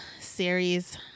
series